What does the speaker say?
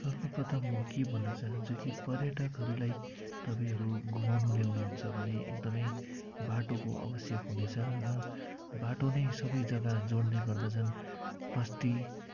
सर्वप्रथम म के भन्नु चाहन्छु कि पर्यटकहरूलाई तपाईँहरू घुमाउनु ल्याउनु हुन्छ भने एकदमै बाटोको आवश्यक हुनेछ र बाटो नै सबै जग्गा जोड्ने गर्दछन् बस्ती